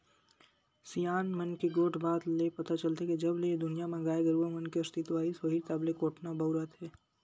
सियान मन के गोठ बात ले पता चलथे के जब ले ए दुनिया म गाय गरुवा मन के अस्तित्व आइस होही तब ले कोटना बउरात हे